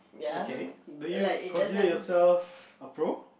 okay do you consider yourself a pro